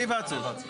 לא מדויק,